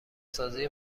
سازی